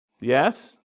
Yes